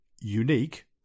unique